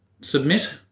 submit